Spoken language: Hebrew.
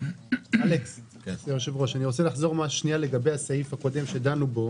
אני רוצה לחזור לגבי הסעיף הקודם בו דנו.